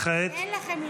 וכעת?